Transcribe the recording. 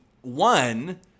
one